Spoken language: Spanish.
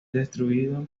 destruido